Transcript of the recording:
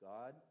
God